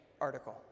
article